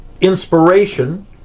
inspiration